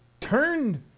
turned